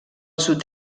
sud